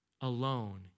alone